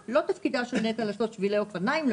שלא תפקידה של נת"ע לעשות שבילי אופניים.